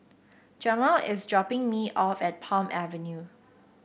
Jamal is dropping me off at Palm Avenue